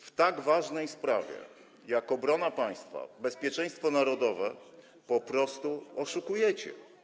W tak ważnej sprawie jak obrona państwa, bezpieczeństwo narodowe po prostu oszukujecie.